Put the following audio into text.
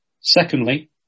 Secondly